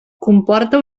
comporta